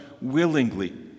willingly